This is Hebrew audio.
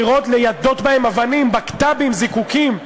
לירות, ליידות בהם אבנים, בקת"בים, זיקוקים?